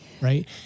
right